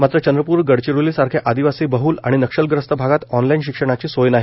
मात्र चंद्रपूर गडचिरोली सारख्या आदिवासी बहल आणि नक्षलग्रस्त भागात ऑनलाईन शिक्षणाची सोय नाही